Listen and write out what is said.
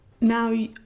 now